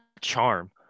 charm